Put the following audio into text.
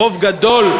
ברוב גדול,